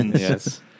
Yes